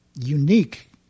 unique